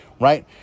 right